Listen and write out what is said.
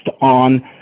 on